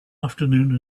afternoon